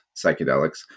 psychedelics